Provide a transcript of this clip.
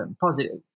positive